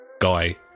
guy